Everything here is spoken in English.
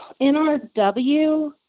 NRW